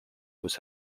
was